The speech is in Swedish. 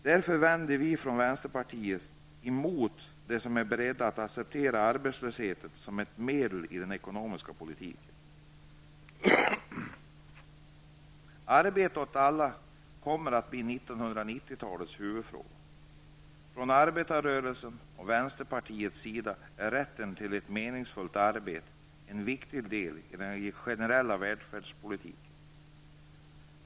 Därför vänder vi i vänsterpartiet oss emot dem som är beredda att acceptera arbetslöshet som ett medel i den ekonomiska politiken. Arbete åt alla är 1990-talets huvudfråga. För arbetarrörelsen och vänsterpartiet är rätten till ett meningsfullt arbete en viktig del av den generella välfärdspolitiken.